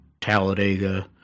Talladega